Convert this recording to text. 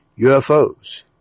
UFOs